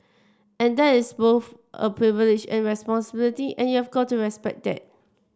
and that is both a privilege and a responsibility and you've got to respect that